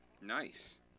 Nice